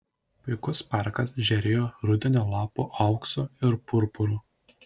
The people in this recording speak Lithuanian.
puikus parkas žėrėjo rudenio lapų auksu ir purpuru